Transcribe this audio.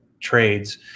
trades